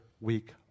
week